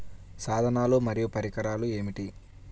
సాధనాలు మరియు పరికరాలు ఏమిటీ?